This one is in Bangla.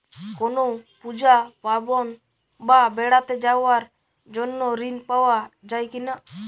কোনো পুজো পার্বণ বা বেড়াতে যাওয়ার জন্য ঋণ পাওয়া যায় কিনা?